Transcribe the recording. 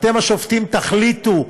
אתם השופטים תחליטו,